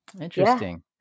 Interesting